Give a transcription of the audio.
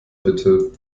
bitte